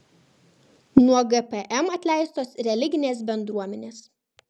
nuo gpm atleistos religinės bendruomenės